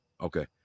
okay